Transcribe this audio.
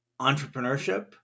entrepreneurship